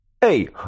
Hey